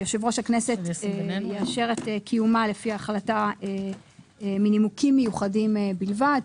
יושב-ראש הכנסת יאשר את קיומה לפי החלטה מנימוקים מיוחדים בלבד.